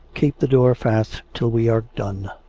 keep the door fast till we are done.